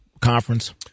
conference